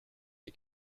des